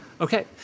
Okay